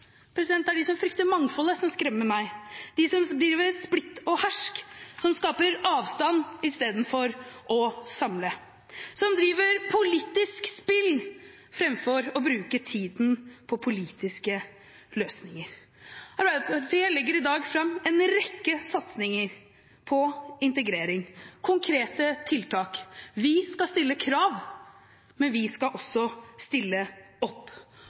Det er de som frykter mangfoldet som skremmer meg, de som driver med splitt og hersk, som skaper avstand i stedet for å samle, som driver politisk spill framfor å bruke tiden på politiske løsninger. Arbeiderpartiet legger i dag fram en rekke satsinger på integrering, konkrete tiltak. Vi skal stille krav, men vi skal også stille opp.